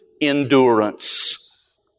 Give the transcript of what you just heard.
endurance